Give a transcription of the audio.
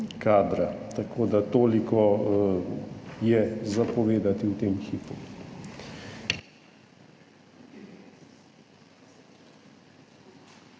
kadra. Toliko je za povedati v tem hipu.